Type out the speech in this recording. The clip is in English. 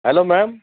hello ma'am